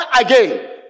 again